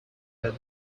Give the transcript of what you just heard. were